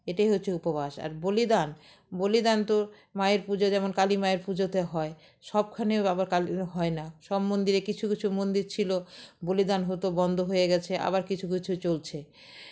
এটাই হচ্ছে উপবাস আর বলিদান বলিদান তো মায়ের পুজো যেমন কালী মায়ের পুজোতে হয় সবখানেও আবার কাল হয় না সব মন্দিরে কিছু কিছু মন্দির ছিল বলিদান হতো বন্ধ হয়ে গেছে আবার কিছু কিছু চলছে